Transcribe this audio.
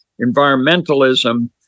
environmentalism